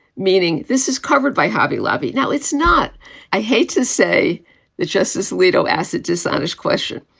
meaning this is covered by hobby lobby. now, it's not i hate to say that justice alito asked dishonest question.